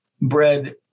bread